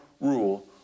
rule